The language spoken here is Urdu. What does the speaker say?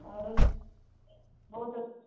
اور بہت